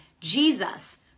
Jesus